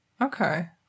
Okay